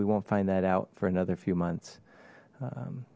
we won't find that out for another few months